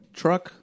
truck